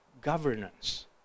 governance